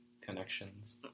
connections